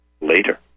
later